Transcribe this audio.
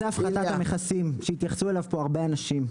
בנוסף להפחתת המכסים שהתייחסו אליו פה הרבה אנשים,